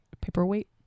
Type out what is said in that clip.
paperweight